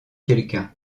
quelqu’un